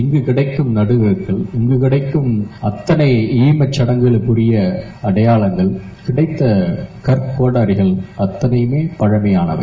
இங்கு கிடைக்கும் நடுகற்கள் அத்தனை ஈமச்சுடங்குகளுக்குரிய அடையாளங்கள் கிடைத்த கற்கோடாரிகள் அத்தனையுமே பழமையானவை